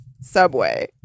subway